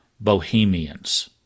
bohemians